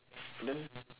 then